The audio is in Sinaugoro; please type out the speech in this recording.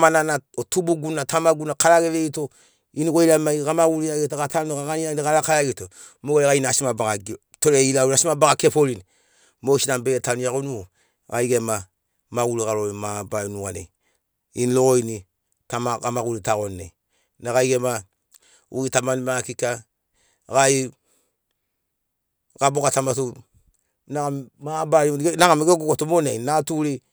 maninai bena